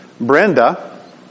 Brenda